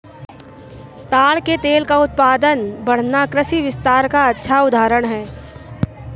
ताड़ के तेल का उत्पादन बढ़ना कृषि विस्तार का अच्छा उदाहरण है